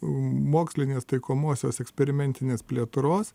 mokslinės taikomosios eksperimentinės plėtros